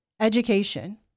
Education